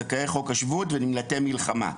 זכאי חוק השבות ונמלטי מלחמה.